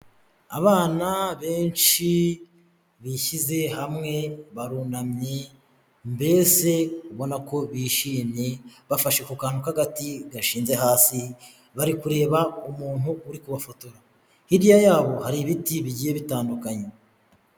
Abana benshi bishyize hamwe, barunamye mbese ubona ko bishimye, bafashe ku kantu k'agati gashinze hasi, bari kureba umuntu uri kubafotora, hirya yabo hari ibiti bigiye bitandukanye.